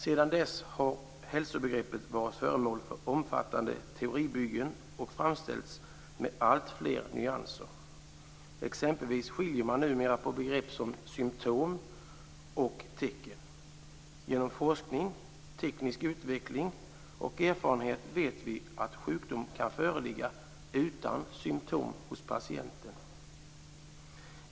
Sedan dess har hälsobegreppet varit föremål för omfattande teoribyggen och framställts med alltfler nyanser. Exempelvis skiljer man numera mellan begrepp som symtom och tecken. Genom forskning, teknisk utveckling och erfarenhet vet vi att sjukdom kan föreligga utan symtom hos patienten.